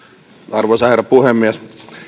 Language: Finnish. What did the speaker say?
arvoisa herra puhemies